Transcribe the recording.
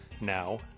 now